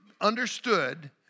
understood